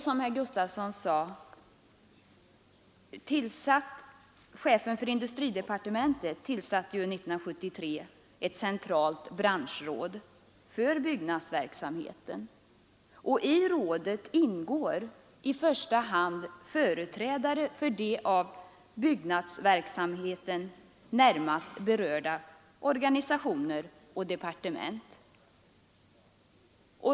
Som herr Gustavsson sade tillsatte också chefen för industridepartementet 1973 ett centralt branschråd för byggnadsverksamheten. I rådet ingår i första hand företrädare för de organisationer och departement som närmast är berörda av byggnadsverksamheten.